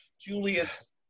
Julius